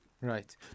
Right